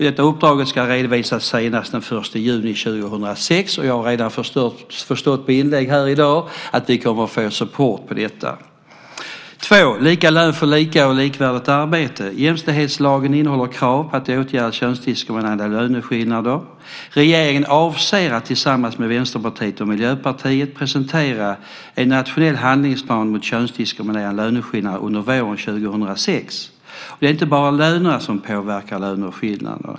Detta uppdrag ska redovisas senast den 1 juni 2006. Av inlägg här i dag förstår jag att vi kommer att få support här. För det andra gäller det lika lön för lika och likvärdigt arbete. Jämställdhetslagen innehåller krav på att åtgärda könsdiskriminerande löneskillnader. Regeringen avser att under våren 2006 tillsammans med Vänsterpartiet och Miljöpartiet presentera en nationell handlingsplan mot könsdiskriminerande löneskillnader. Det är inte bara lönerna som påverkar löneskillnaderna.